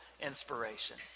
inspiration